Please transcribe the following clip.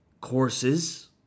courses